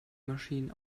maschinen